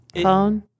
Phone